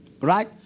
Right